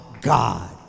God